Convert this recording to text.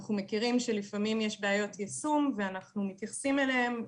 אנחנו מכירים שלפעמים יש בעיות יישום ואנחנו מתייחסים אליהם.